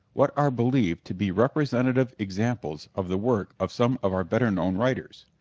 what are believed to be representative examples of the work of some of our better-known writers,